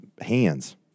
hands